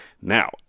Now